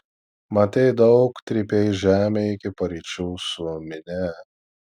matei daug trypei žemę iki paryčių su minia